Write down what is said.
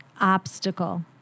obstacle